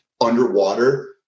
underwater